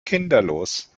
kinderlos